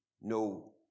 No